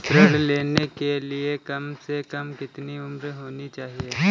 ऋण लेने के लिए कम से कम कितनी उम्र होनी चाहिए?